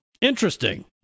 interesting